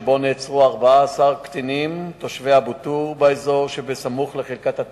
שבו נעצרו 14 קטינים תושבי א-טור באזור שבסמוך לחלקת התימנים.